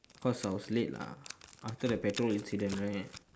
because I was late lah after the petrol incident right